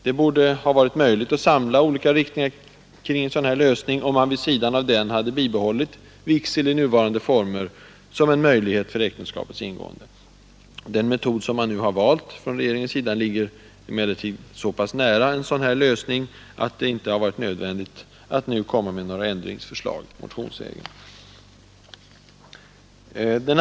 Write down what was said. Det borde ha varit möjligt att samla olika meningsriktningar kring en sådan lösning, om man vid sidan om den hade bibehållit vigsel i nuvarande form som en möjlighet för äktenskaps ingående. Den metod som geringen har valt ligger emellertid så pass nära denna lösning, att det inte har varit nödvändigt att nu komma med ändringsförslag motionsvägen.